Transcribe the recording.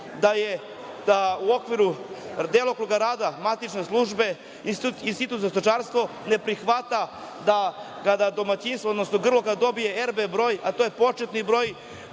da u okviru delokruga rada matične službe Institut za stočarstvo ne prihvata da kada domaćinstvo, odnosno grlo kad dobije RB broj, a to je početni broj,